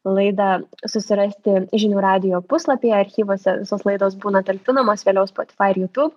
laidą susirasti žinių radijo puslapyje archyvuose visos laidos būna talpinamos vėliau spotifai ir jutūb